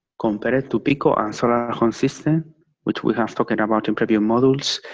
compared to pico, um sort of consistent which we have talking about in preview models.